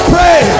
Pray